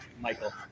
Michael